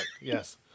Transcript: yes